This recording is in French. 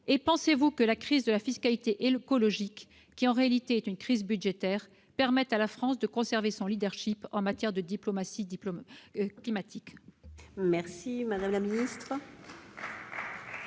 pensez-vous que la crise de la fiscalité écologique, qui est en réalité une crise budgétaire, permette à la France de conserver son en matière de diplomatie climatique ?